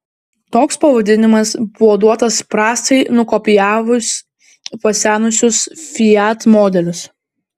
toks pavadinimas buvo duotas prastai nukopijavus pasenusius fiat modelius